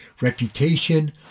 Reputation